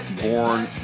born